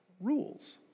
rules